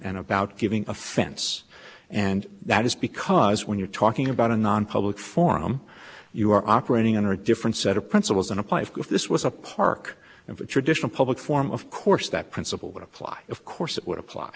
and about giving offense and that is because when you're talking about a nonpublic forum you are operating under a different set of principles and apply if this was a park and traditional public form of course that principle would apply of course it would apply